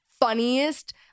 funniest